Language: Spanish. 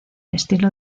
estilo